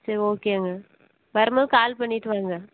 சரி ஓகேங்க வரும் போது கால் பண்ணிவிட்டு வாங்க